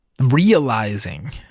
realizing